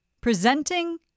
presenting